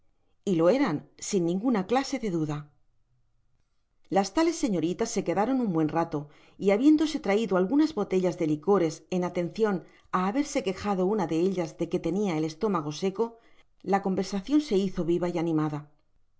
y lo eran sin ninguna clase de duda las tales señoritas se quedaron un buen rato y habiéndose traido algunas botellas de licores en atencion ú haberse quejado una de ellas de que tenia el estómago seco la conversacion se hizo viva y animada